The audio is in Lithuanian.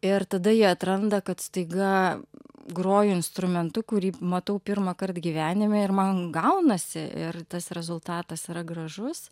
ir tada jie atranda kad staiga groju instrumentu kurį matau pirmąkart gyvenime ir man gaunasi ir tas rezultatas yra gražus